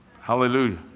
Hallelujah